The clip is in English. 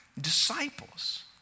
disciples